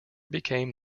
became